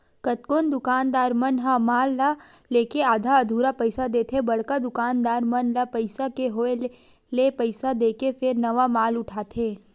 कतकोन दुकानदार मन ह माल ल लेके आधा अधूरा पइसा देथे बड़का दुकानदार मन ल पइसा के होय ले पइसा देके फेर नवा माल उठाथे